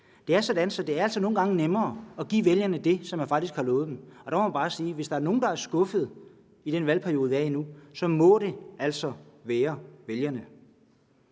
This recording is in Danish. at det nogle gange er nemmere at give vælgerne det, som man faktisk har lovet dem. Og der må man bare sige, at hvis der er nogle, der er skuffede i den valgperiode, vi er i nu, så må det altså være vælgerne.